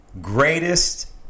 greatest